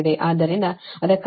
ಆದ್ದರಿಂದ ಅದಕ್ಕಾಗಿಯೇ ಇದನ್ನು 8